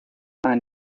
ein